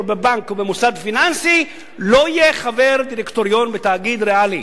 בבנק או במוסד פיננסי לא יהיה חבר דירקטוריון בתאגיד ריאלי?